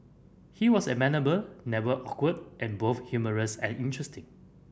he was amenable never awkward and both humorous and interesting